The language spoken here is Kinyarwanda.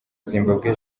zimbabwe